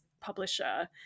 publisher